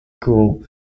Cool